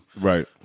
Right